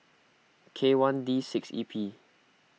K one D six E P